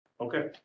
okay